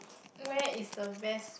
where is the best